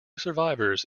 survivors